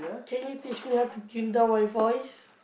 can you teach me how to tune down my voice